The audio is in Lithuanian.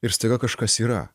ir staiga kažkas yra